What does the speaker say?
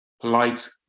polite